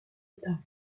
état